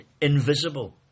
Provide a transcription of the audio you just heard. invisible